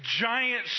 giant